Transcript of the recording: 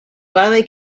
finally